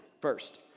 first